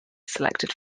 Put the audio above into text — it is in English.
selected